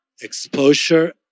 exposure